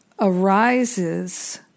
arises